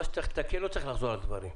מה שצריך לתקן, לא צריך לחזור על הדברים.